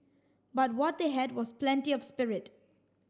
but what they had was plenty of spirit